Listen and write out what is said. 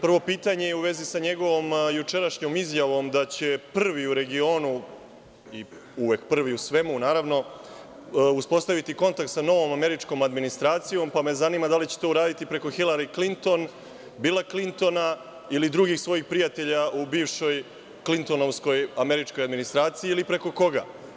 Prvo pitanje je u vezi sa njegovom jučerašnjom izjavom da će prvi u regionu, i uvek prvi u svemu, naravno, uspostaviti kontakt sa novom američkom administracijom, pa me zanima da li će to uraditi preko Hilari Klinton, Bila Klintona ili drugih svojih prijatelja u bivšoj klintonovskoj američkoj administraciji ili preko koga?